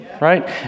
right